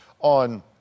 on